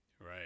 Right